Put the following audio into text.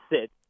sit